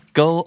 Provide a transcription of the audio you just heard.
go